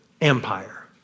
empire